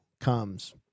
comes